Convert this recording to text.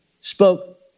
spoke